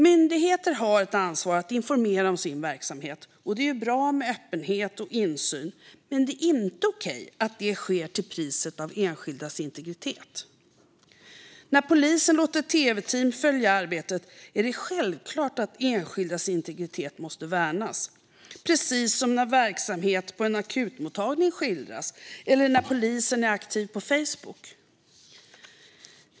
Myndigheter har ett ansvar att informera om sin verksamhet, och det är bra med öppenhet och insyn. Men det är inte okej att det sker till priset av enskildas integritet. När polisen låter tv-team följa arbetet är det självklart att enskildas integritet måste värnas, precis som när verksamhet på en akutmottagning skildras eller när polisen är aktiv på Facebook.